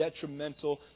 detrimental